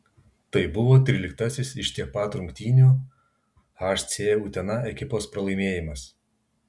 tai buvo tryliktasis iš tiek pat rungtynių hc utena ekipos pralaimėjimas